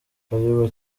iyo